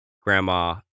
grandma